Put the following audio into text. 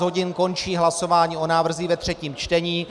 Ve 14 hodin končí hlasování o návrzích ve třetím čtení.